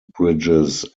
bridges